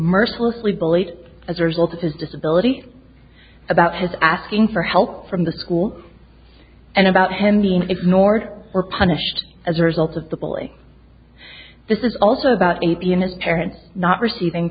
mercilessly bullied as a result of his disability about his asking for help from the school and about him being ignored or punished as a result of the bully this is also about a pianist parent not receiving